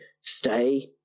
stay